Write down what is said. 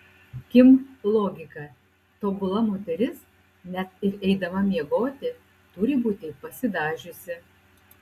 kim logika tobula moteris net ir eidama miegoti turi būti pasidažiusi